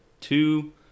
two